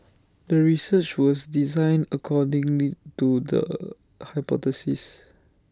the research was designed accordingly to the hypothesis